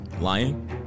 Lying